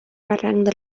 barranc